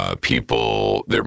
People